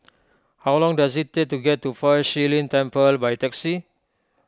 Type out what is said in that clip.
how long does it take to get to Fa Shi Lin Temple by taxi